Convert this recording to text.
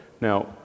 Now